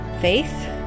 faith